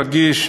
רגיש,